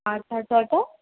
तव्हां छा चओ था